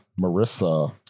marissa